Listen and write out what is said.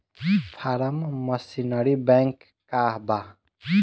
Form machinery bank का बा?